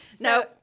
No